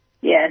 Yes